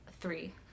three